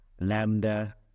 Lambda